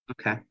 Okay